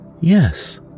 Yes